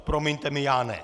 Promiňte mi, já ne!